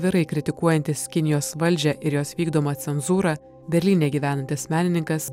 atvirai kritikuojantis kinijos valdžią ir jos vykdomą cenzūrą berlyne gyvenantis menininkas